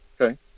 Okay